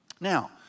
Now